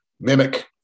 mimic